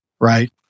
right